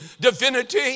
divinity